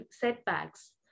setbacks